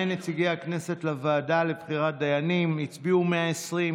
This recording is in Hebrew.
נציגי הכנסת לוועדה לבחירת דיינים: הצביעו 120,